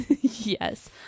Yes